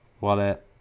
wallet